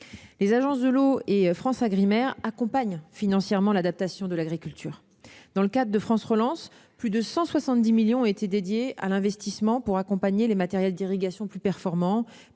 Les agences de l'eau et FranceAgriMer accompagnent financièrement l'adaptation de l'agriculture. Dans le cadre de France Relance, plus de 170 millions d'euros ont été dédiés à l'investissement dans les matériels d'irrigation plus performants,